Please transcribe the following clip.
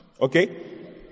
Okay